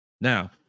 now